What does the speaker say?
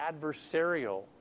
adversarial